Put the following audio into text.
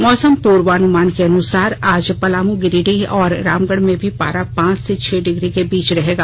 मौसम पूर्वानुमान के अनुसार आज पलामू गिरिडीह और रामगढ़ में भी पारा पांच से छह डिग्री के बीच रहेगा